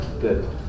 Good